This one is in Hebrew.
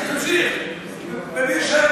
אז תמשיך,